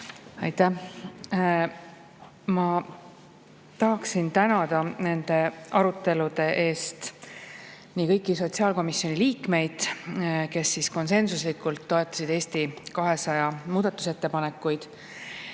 Tahan tänada nende arutelude eest kõiki sotsiaalkomisjoni liikmeid, kes konsensuslikult toetasid Eesti 200 muudatusettepanekuid,